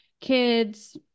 kids